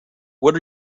what